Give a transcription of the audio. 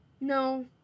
No